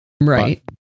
Right